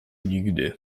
nigdy